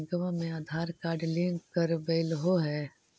बैंकवा मे Aadhaar card link करवैलहो है?